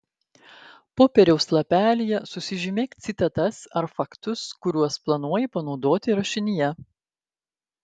popieriaus lapelyje susižymėk citatas ar faktus kuriuos planuoji panaudoti rašinyje